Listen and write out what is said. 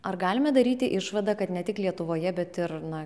ar galime daryti išvadą kad ne tik lietuvoje bet ir na